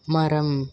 மரம்